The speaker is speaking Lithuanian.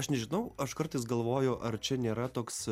aš nežinau aš kartais galvoju ar čia nėra toks